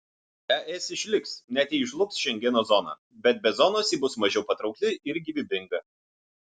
es išliks net jei žlugs šengeno zona bet be zonos ji bus mažiau patraukli ir gyvybinga